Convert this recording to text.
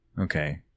Okay